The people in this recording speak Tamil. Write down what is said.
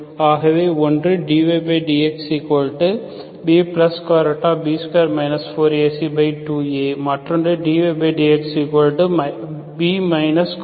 ஆகவே ஒன்று dydxBB2 4AC2A மற்றொன்று dydxB B2 4AC2A